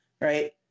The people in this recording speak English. right